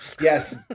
Yes